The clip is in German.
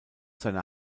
seiner